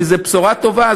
כי זו בשורה טובה.